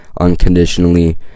unconditionally